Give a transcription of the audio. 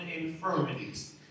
infirmities